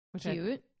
Cute